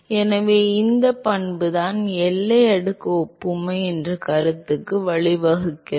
எனவே இந்த பண்புதான் எல்லை அடுக்கு ஒப்புமை என்ற கருத்துக்கு வழிவகுக்கிறது